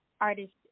artist